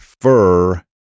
fur